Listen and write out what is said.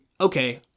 okay